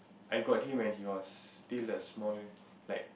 I got him when he was still a small like